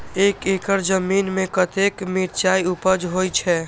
एक एकड़ जमीन में कतेक मिरचाय उपज होई छै?